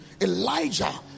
Elijah